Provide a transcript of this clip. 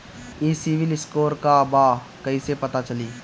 ई सिविल स्कोर का बा कइसे पता चली?